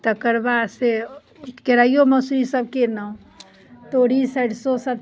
तकर बाद से केरैओ मसूरी सभके ने तोरी सरसो सभ